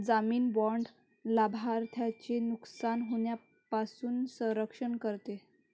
जामीन बाँड लाभार्थ्याचे नुकसान होण्यापासून संरक्षण करते